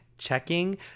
checking